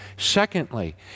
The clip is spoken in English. Secondly